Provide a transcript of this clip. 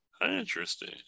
Interesting